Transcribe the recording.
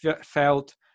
felt